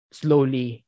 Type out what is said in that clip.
slowly